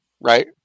right